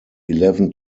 eleven